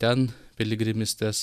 ten piligrimystes